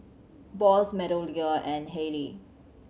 Bose MeadowLea and Haylee